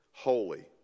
Holy